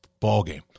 ballgame